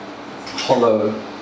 hollow